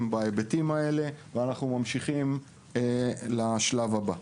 בהיבטים האלה ואנחנו ממשיכים לשלב הבא.